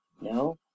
no